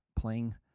playing